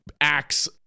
acts